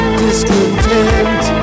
discontent